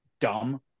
dumb